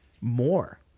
more